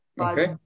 Okay